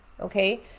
okay